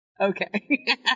Okay